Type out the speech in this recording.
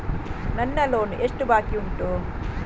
ನನ್ನ ಲೋನ್ ಎಷ್ಟು ಬಾಕಿ ಉಂಟು?